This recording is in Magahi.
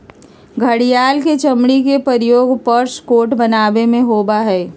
घड़ियाल के चमड़ी के प्रयोग पर्स कोट बनावे में होबा हई